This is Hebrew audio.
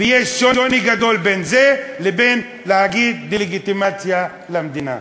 ויש שוני גדול בין זה לבין דה-לגיטימציה למדינה.